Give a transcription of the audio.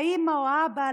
האימא או האבא,